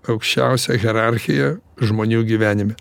aukščiausią hierarchiją žmonių gyvenime